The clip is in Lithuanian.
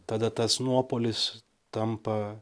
tada tas nuopuolis tampa